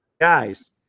Guys